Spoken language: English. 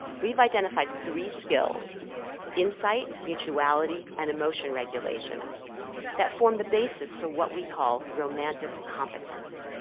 we've identified three skills insight, mutuality, and emotion regulation that form the basis for what we call romantic competence.